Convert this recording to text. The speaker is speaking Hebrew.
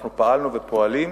אנחנו פעלנו ופועלים